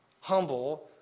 humble